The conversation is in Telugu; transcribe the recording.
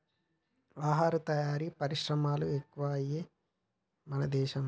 ఆహార తయారీ పరిశ్రమలు ఎక్కువయ్యాయి మన దేశం లో